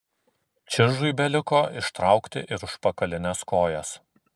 čižui beliko ištraukti ir užpakalines kojas